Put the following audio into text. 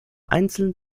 einzelnen